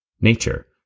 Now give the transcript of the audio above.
Nature